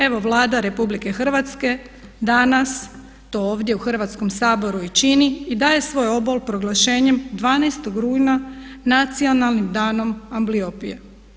Evo Vlada RH danas to ovdje u Hrvatskom saboru i čini i daje svoj obol proglašenjem 12.rujna „Nacionalnim danom ambliopije“